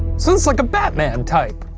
so this is like a batman type?